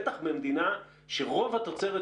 בטח במדינה שרוב התוצרת,